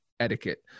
etiquette